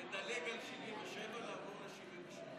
לדלג על 77, לעבור ל-78.